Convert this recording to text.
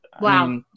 Wow